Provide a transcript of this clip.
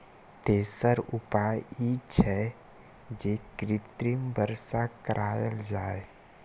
तेसर उपाय ई छै, जे कृत्रिम वर्षा कराएल जाए